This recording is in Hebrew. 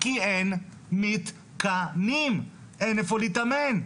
כי אין מתקנים! אין איפה להתאמן!